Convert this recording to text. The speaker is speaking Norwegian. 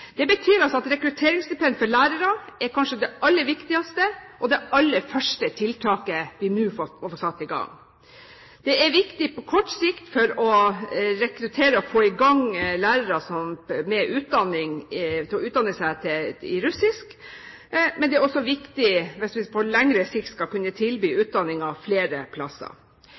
Det betyr at rekrutteringsstipend for lærere kanskje er det aller viktigste og det aller første tiltaket vi må få satt i gang. Det er viktig på kort sikt for å rekruttere og få lærere i gang med å utdanne seg i russisk. Men det er også viktig hvis vi på lengre sikt skal kunne tilby russiskopplæring flere